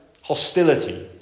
hostility